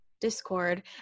discord